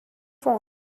phone